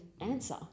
answer